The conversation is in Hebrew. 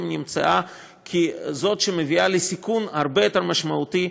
נמצאה ככזאת שמביאה לסיכון הרבה יותר משמעותי,